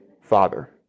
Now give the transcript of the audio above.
Father